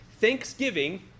thanksgiving